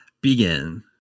begin